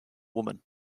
woman